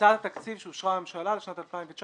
הצעת תקציב שאישרה הממשלה לשנת 2019